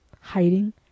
hiding